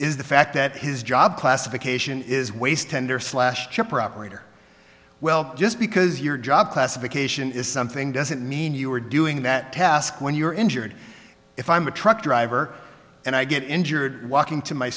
is the fact that his job classification is waste tender slash chipper operator well just because your job classification is something doesn't mean you are doing that task when you're injured if i'm a truck driver and i get injured walking to my